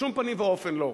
בשום פנים ואופן לא.